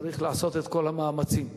צריך לעשות את כל המאמצים לכך.